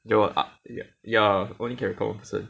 your oth~ uh ya only can record one person